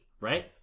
right